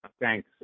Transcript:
thanks